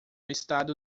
estado